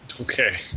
Okay